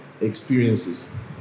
experiences